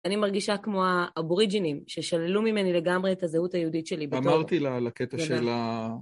- אני מרגישה כמו האבוריג'ינים, ששללו ממני לגמרי את הזהות היהודית שלי בתור... - אמרתי לה על הקטע של ה...